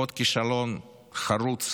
עוד כישלון חרוץ